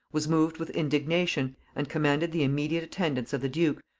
was moved with indignation, and commanded the immediate attendance of the duke,